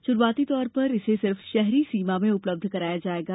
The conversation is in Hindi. षुरुआती तौर पर इसे सिर्फ शहरी सीमा में उपलब्ध कराया जाएगा